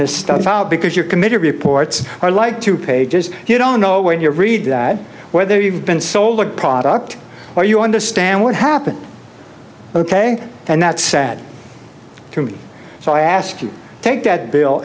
this stuff out because your committee reports are like two pages you don't know when you're read that whether you've been sold a product or you understand what happened ok and that's sad to me so i ask you take that bill